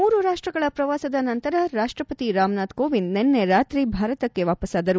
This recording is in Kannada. ಮೂರು ರಾಷ್ಷಗಳ ಪ್ರವಾಸದ ನಂತರ ರಾಷ್ಷಪತಿ ರಾಮನಾಥ್ ಕೋವಿಂದ್ ನಿನ್ನೆ ರಾತ್ರಿ ಭಾರತಕ್ಕೆ ವಾಪಾಸ್ವಾದರು